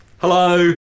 Hello